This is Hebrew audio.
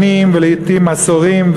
שנים ולעתים עשורים,